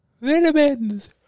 Vitamins